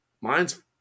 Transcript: mine's